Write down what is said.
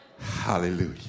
Hallelujah